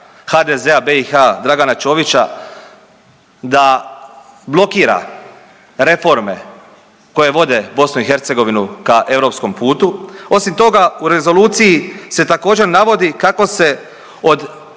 HDZ-a BiH Dragana Čovića da blokira reforme koje vode BiH ka europskom putu. Osim toga u rezoluciji se također navodi kako se od